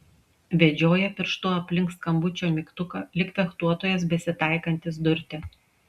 vedžioja pirštu aplink skambučio mygtuką lyg fechtuotojas besitaikantis durti